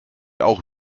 auch